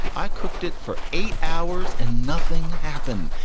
i cooked it for eight hours and nothing happened.